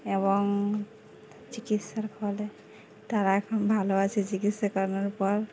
এবং চিকিৎসার ফলে তারা এখন ভালো আছে চিকিৎসা করানোর পর